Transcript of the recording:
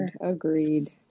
Agreed